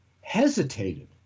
hesitated